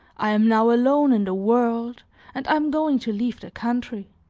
i am now alone in the world and i am going to leave the country.